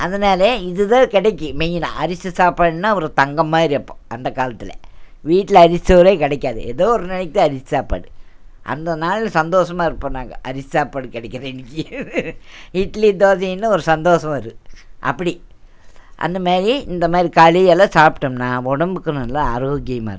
அதனாலே இது தான் கிடைக்கும் மெயினா அரிசி சாப்பாடுனால் ஒரு தங்கம் மாதிரி அப்போது அந்த காலத்தில் வீட்டில அரிசி சோறே கிடைக்காது ஏதோ ஒரு நாளைக்கு தான் அரிசி சாப்பாடு அந்த நாள் சந்தோசமாக இருப்போம் நாங்கள் அரிசி சாப்பாடு கிடைக்கிற அன்னைக்கி இட்லி தோசையினால் ஒரு சந்தோசம் வரும் அப்படி அந்தமாதிரி இந்தமாதிரி களி எல்லாம் சாப்பிட்டம்னா உடம்புக்கு நல்லா ஆரோக்கியமாக இருக்கும்